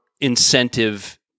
incentive